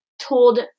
told